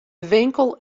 winkel